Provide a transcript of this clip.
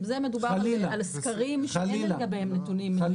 זה מדובר על הסקרים שאין לגביהם נתונים.